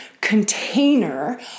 container